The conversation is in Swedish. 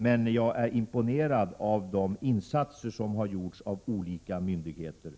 Men jag är imponerad av de insatser som har gjorts av olika myndigheter.